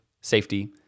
safety